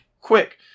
quick